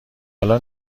حالا